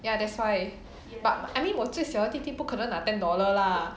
ya that's why but I mean 我最小的弟弟不可能拿 ten dollar lah